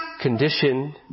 condition